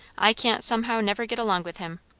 i can't somehow never get along with him.